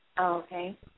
Okay